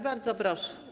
Bardzo proszę.